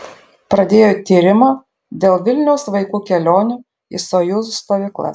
pradėjo tyrimą dėl vilniaus vaikų kelionių į sojuz stovyklas